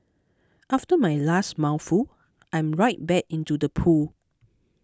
after my last mouthful I'm right back into the pool